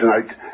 tonight